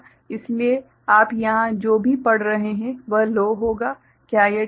इसलिए आप यहां जो भी पढ़ रहे हैं वह लो होगा क्या यह ठीक है